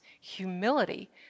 humility